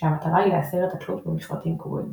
כשהמטרה היא להסיר את התלות במפרטים קבועים.